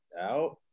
out